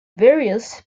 various